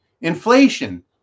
Inflation